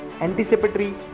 anticipatory